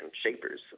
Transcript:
shapers